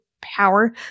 power